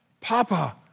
Papa